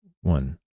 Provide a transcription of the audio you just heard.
One